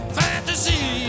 fantasy